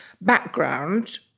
background